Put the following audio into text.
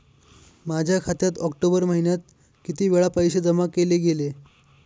माझ्या खात्यात ऑक्टोबर महिन्यात किती वेळा पैसे जमा केले गेले?